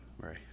Right